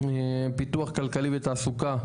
פיתוח כלכלי ותעסוקה,